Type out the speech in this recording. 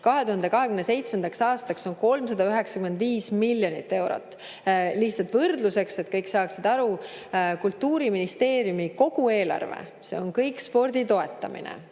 2027. aastaks 395 miljonit eurot. Lihtsalt võrdluseks, et kõik saaksid aru: Kultuuriministeeriumi kogu eelarve – see on spordi toetamine,